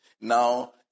Now